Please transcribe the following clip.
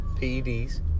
PEDs